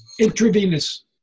Intravenous